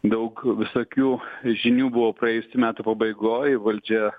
daug visokių žinių buvo praėjusių metų pabaigoj valdžia